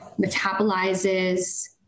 metabolizes